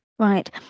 Right